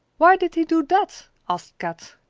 why did he do that? asked kat.